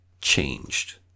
changed